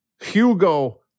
Hugo